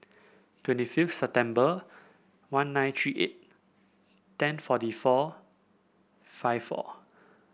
twenty fifth September one nine three eight ten forty four five four